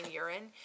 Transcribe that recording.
urine